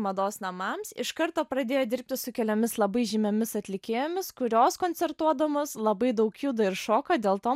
mados namams iš karto pradėjo dirbti su keliomis labai žymiomis atlikėjomis kurios koncertuodamos labai daug juda ir šoka dėl to